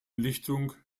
lichtung